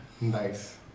Nice